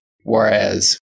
Whereas